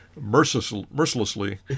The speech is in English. mercilessly